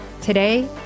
Today